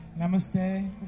Namaste